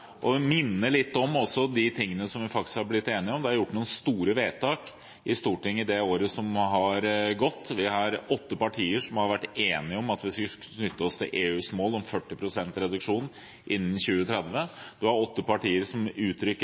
de tingene som vi faktisk har blitt enige om. Det er gjort noen store vedtak i Stortinget i det året som har gått. Det er åtte partier som har vært enige om at vi skulle knytte oss til EUs mål om 40 pst. reduksjon innen 2030. Det er åtte partier som uttrykker